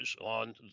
on